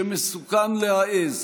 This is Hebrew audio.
שמסוכן להעז.